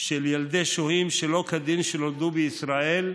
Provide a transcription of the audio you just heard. של ילדי שוהים שלא כדין שנולדו בישראל,